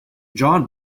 john